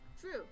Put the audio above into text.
True